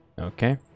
Okay